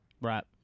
Right